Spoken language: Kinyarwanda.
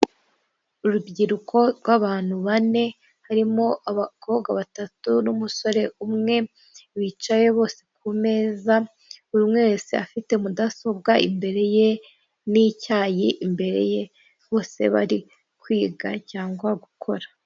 Ubyiruko rw'abantu bane, harimo abakobwa batatu n'umusore umwe bicaye bose ku meza, buri wese afite mudasobwa imbere ye n'icyayi imbere ye bose bari kwiga cyangwa gukora.